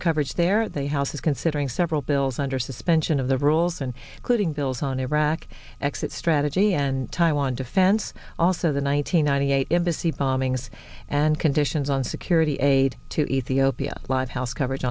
e coverage there they house is considering several bills under suspension of the rules and closing bills on iraq exit strategy and time on defense also the nine hundred ninety eight embassy bombings and conditions on security aid to ethiopia live health coverage